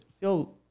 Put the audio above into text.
feel